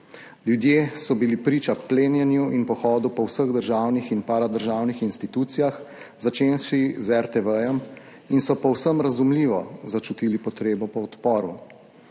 Ljudje so bili priča plenjenju in pohodu po vseh državnih in paradržavnih institucijah, začenši z RTV, in so povsem razumljivo začutili potrebo po odporu.